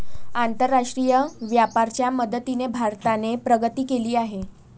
आंतरराष्ट्रीय व्यापाराच्या मदतीने भारताने प्रगती केली आहे